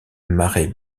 marées